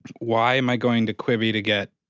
why am i going to quibi to get,